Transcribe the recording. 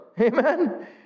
Amen